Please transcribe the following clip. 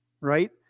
right